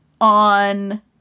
on